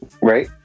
Right